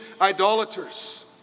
idolaters